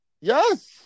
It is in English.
Yes